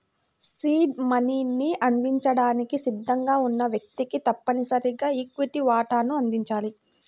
seed మనీని అందించడానికి సిద్ధంగా ఉన్న వ్యక్తికి తప్పనిసరిగా ఈక్విటీ వాటాను అందించాలి